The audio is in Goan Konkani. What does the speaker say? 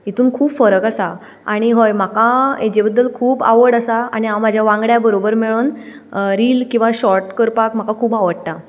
हितून खूब फरक आसा आनी हय म्हाका हेजे बद्दल खूब आवड आसा आनी हांव म्हज्या वांगड्यां बरोबर मेळोन रील किंवां शॉर्ट करपाक म्हाका खूब आवडटा